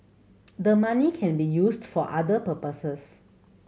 the money can be used for other purposes